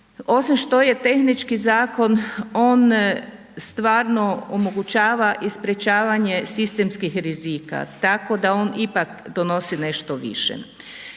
osim što je tehnički zakon on stvarno omogućava i sprječavanje sistemskih rizika tako da on ipak donosi nešto više.